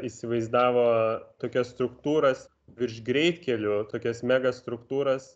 įsivaizdavo tokias struktūras virš greitkelių tokias megastruktūras